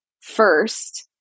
first